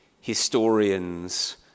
historians